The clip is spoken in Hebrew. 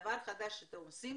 דבר חדש שאתם עושים,